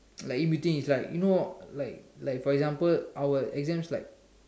like in between it's like you know like like for example our exams like